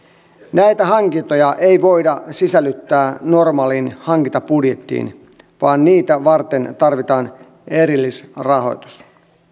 näitä hankintoja ei voida sisällyttää normaaliin hankintabudjettiin vaan niitä varten tarvitaan erillisrahoitus